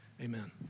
amen